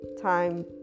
time